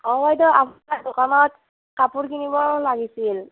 অঁ বাইদেউ আপোনাৰ দোকানত কাপোৰ কিনিব লাগিছিল